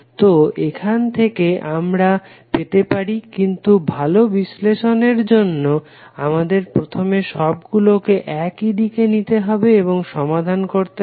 তো এখান থেকে তোমরা পেতে পারো কিন্তু ভালো বিশ্লেষণের জন্য আমাদের প্রথমে সবগুলকে একই দিকে নিতে হবে এবং সমাধান করতে হবে